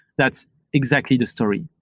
that's exactly the story.